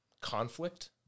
conflict